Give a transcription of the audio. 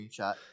screenshot